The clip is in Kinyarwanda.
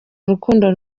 urukundo